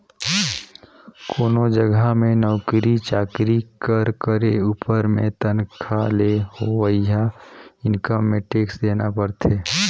कोनो जगहा में नउकरी चाकरी कर करे उपर में तनखा ले होवइया इनकम में टेक्स देना परथे